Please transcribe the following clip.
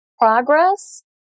progress